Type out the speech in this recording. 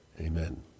Amen